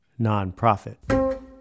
nonprofit